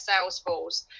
Salesforce